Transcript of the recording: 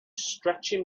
stretching